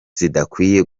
zidakwiye